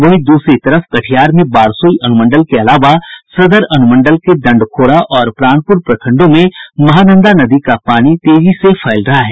वहीं दूसरी तरफ कटिहार में बारसोई अनुमंडल के अलावा सदर अनुमंडल के दंडखोरा और प्राणपुर प्रखंडों में महानंदा नदी का पानी तेजी से फैल रहा है